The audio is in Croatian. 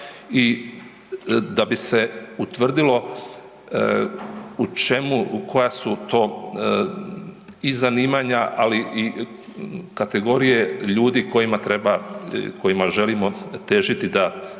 i da bi se utvrdilo u čemu, koja su to i zanimanja, ali i kategorije ljudi kojima treba, kojima želimo težiti da dođu